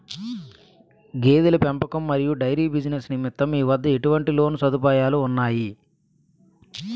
గేదెల పెంపకం మరియు డైరీ బిజినెస్ నిమిత్తం మీ వద్ద ఎటువంటి లోన్ సదుపాయాలు ఉన్నాయి?